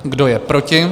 Kdo je proti?